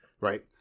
right